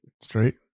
Straight